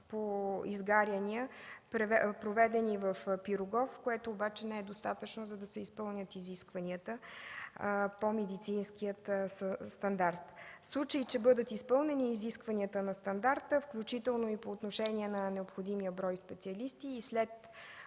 по изгаряния, проведени в „Пирогов”, което обаче не е достатъчно, за да се изпълнят изискванията по медицинския стандарт. В случай, че бъдат изпълнени изискванията на стандарта, включително и по отношение на необходимия брой специалисти и след